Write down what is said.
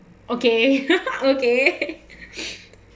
okay okay